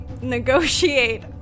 negotiate